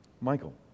Michael